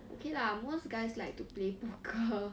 okay lah most guys like to play poker